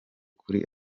kuri